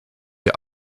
wir